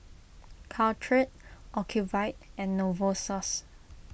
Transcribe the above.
Caltrate Ocuvite and Novosource